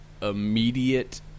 immediate